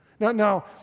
Now